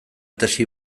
tesi